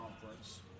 Conference